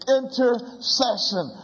intercession